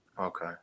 Okay